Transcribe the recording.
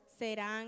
serán